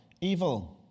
evil